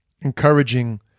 encouraging